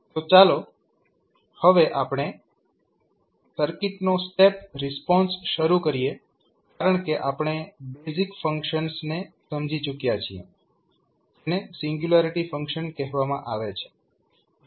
તો ચાલો હવે આપણે સર્કિટનો સ્ટેપ રિસ્પોન્સ શરૂ કરીએ કારણકે આપણે બેઝિક ફંક્શન ને સમજી ચૂક્યા છીએ જેને સિંગ્યુલારિટી ફંક્શન કહેવામાં આવે છે